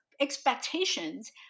expectations